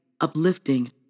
uplifting